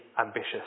ambitious